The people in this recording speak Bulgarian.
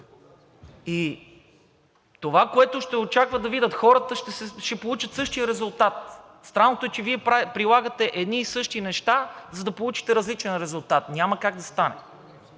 Това, което ще очакват да видят хората, ще получат същия резултат. Странното е, че Вие прилагате едни и същи неща, за да получите различен резултат. Няма как да стане.